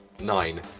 nine